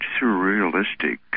surrealistic